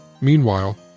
Meanwhile